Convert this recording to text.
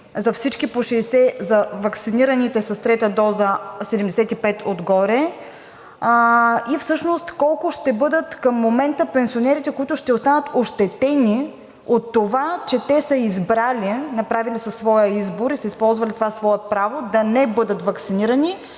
за всички по 60 лв., за ваксинираните с трета доза 75 лв. отгоре, и всъщност колко ще бъдат към момента пенсионерите, които ще останат ощетени от това, че те са направили своя избор и са използвали това свое право да не бъдат ваксинирани,